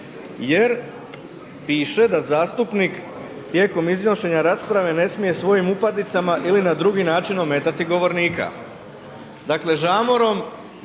jer piše da zastupnik tijekom iznošenja rasprave ne smije svojim upadicama ili na drugi način ometati govornika.